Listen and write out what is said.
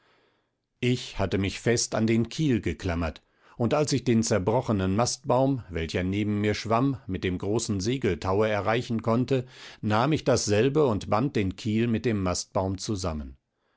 ich hatte mich fest an den kiel geklammert und als ich den zerbrochenen mastbaum welcher neben mir schwamm mit dem großen segeltaue erreichen konnte nahm ich dasselbe und band den kiel mit dem mastbaum zusammen